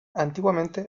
antiguamente